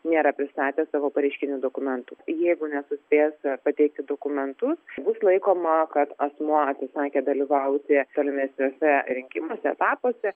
nėra pristatė savo pareiškinių dokumentų jeigu nesuspės pateikti dokumentus bus laikoma kad asmuo atsisakė dalyvauti tolimesniuose rinkimuose etapuose